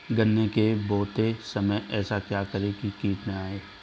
गन्ने को बोते समय ऐसा क्या करें जो कीट न आयें?